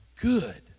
good